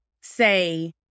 say